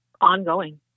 Ongoing